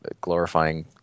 glorifying